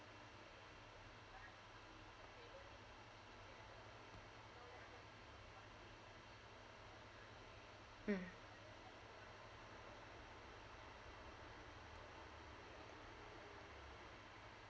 mm